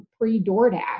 pre-Doordash